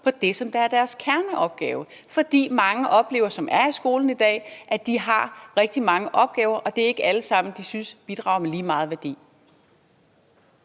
på det, der er dens kerneopgave. For mange, som er i skolen i dag, oplever, at de har rigtig mange opgaver, og det er ikke alle sammen, de synes bidrager med lige meget værdi.